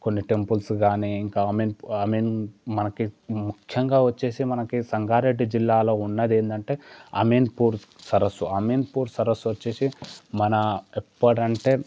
కొన్ని టెంపుల్స్ కానీ ఇంకా అమీన్ అమీన్ మనకి ముఖ్యంగా వచ్చేసి మనకి సంగారెడ్డి జిల్లాలో ఉన్నది ఏంటంటే అమీన్ పూర్ సరస్సు అమీన్ పూర్ సరస్సు వచ్చేసి మన ఎప్పుడంటే